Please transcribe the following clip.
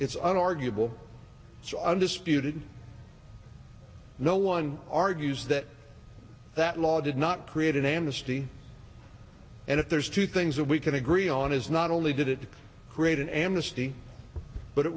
an arguable so undisputed no one argues that that law did not create an amnesty and if there's two things that we can agree on is not only did it create an amnesty but it